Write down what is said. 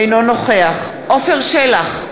אינו נוכח עפר שלח,